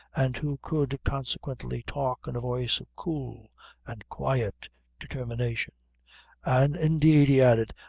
and who could consequently talk in a voice of cool and quiet determination an' indeed, he added,